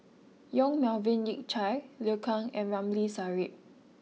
Yong Melvin Yik Chye Liu Kang and Ramli Sarip